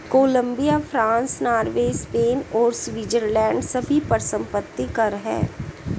Colombia, France, Norway, Spain और Switzerland सभी पर संपत्ति कर हैं